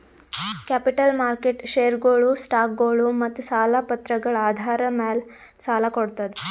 capital market ಷೇರ್ಗೊಳು, ಸ್ಟಾಕ್ಗೊಳು ಮತ್ತ್ ಸಾಲ ಪತ್ರಗಳ್ ಆಧಾರ್ ಮ್ಯಾಲ್ ಸಾಲ ಕೊಡ್ತದ್